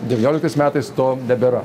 devynioliktais metais to nebėra